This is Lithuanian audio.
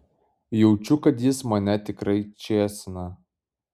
jaučiu kad jis mane tikrai čėsina